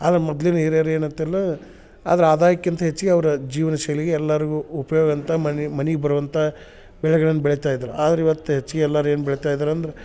ಆದರೆ ಮೊದ್ಲಿನ ಹಿರಿಯರು ಏನಂತರೆ ನಾವು ಅದ್ರ ಆದಾಯಕ್ಕಿಂತ ಹೆಚ್ಗಿ ಅವರ ಜೀವನಶೈಲಿಗೆ ಎಲ್ಲರ್ಗು ಉಪ್ಯೋಗ ಅಂತ ಮನೆ ಮನಿಗೆ ಬರುವಂಥ ಬೆಳೆಗಳನ್ನ ಬೆಳಿತ ಇದ್ದರು ಆದ್ರೆ ಇವತ್ತು ಹೆಚ್ಗೆ ಎಲ್ಲರು ಏನು ಬೆಳಿತಾ ಇದಾರೆ ಅಂದ್ರ